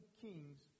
kings